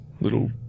little